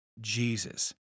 Jesus